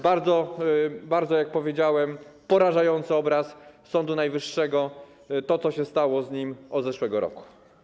Bardzo, jak powiedziałem, porażający obraz Sądu Najwyższego, tego, co się stało z nim od zeszłego roku.